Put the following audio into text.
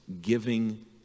giving